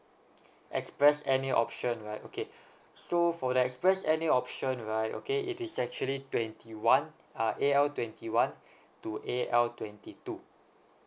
express N_A option right okay so for the express N_A option right okay it is actually twenty one uh A_L twenty one to A_L twenty two